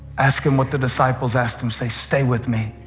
ask him what the disciples asked him. say, stay with me.